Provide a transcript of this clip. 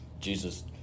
Jesus